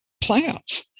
plants